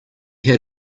had